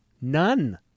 None